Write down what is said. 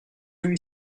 celui